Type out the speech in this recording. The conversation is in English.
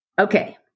Okay